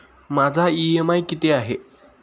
माझा इ.एम.आय किती आहे?